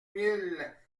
mille